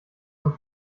zur